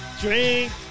drink